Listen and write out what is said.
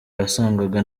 wasangaga